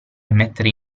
mettere